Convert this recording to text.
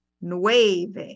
nueve